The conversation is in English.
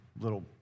little